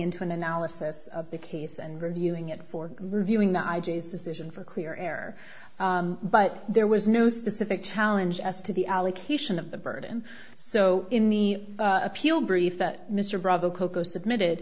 into an analysis of the case and reviewing it for reviewing the id's decision for clear air but there was no specific challenge as to the allocation of the burden so in the appeal brief that mr bravo coco submitted